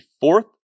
fourth